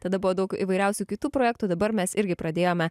tada buvo daug įvairiausių kitų projektų dabar mes irgi pradėjome